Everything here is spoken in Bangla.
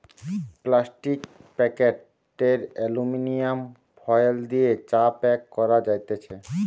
প্লাস্টিক প্যাকেট আর এলুমিনিয়াম ফয়েল দিয়ে চা প্যাক করা যাতেছে